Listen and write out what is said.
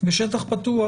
בשטח פתוח,